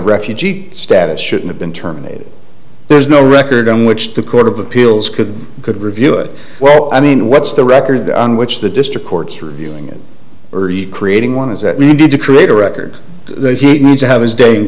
refugee status should have been terminated there's no record on which the court of appeals could could review it well i mean what's the record on which the district courts are reviewing it or creating one is that needed to create a record that he'd need to have his day in